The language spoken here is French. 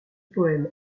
poème